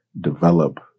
develop